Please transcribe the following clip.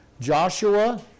Joshua